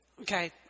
Okay